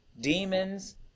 demons